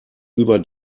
über